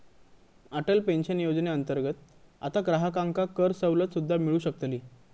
Atal pension योजनेअंतर्गत आता ग्राहकांका करसवलत सुद्दा मिळू शकतली